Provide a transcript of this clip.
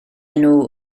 nhw